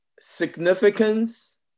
significance